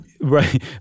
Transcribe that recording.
right